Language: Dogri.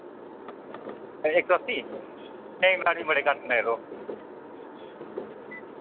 ए इक सौ अस्सी नेईं मैडम जी बड़े घट्ट न यरो